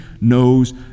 knows